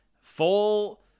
full